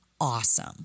awesome